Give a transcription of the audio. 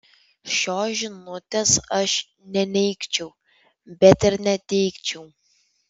šios žinutės aš neneigčiau bet ir neteigčiau